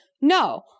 no